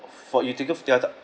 for you their their